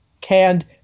canned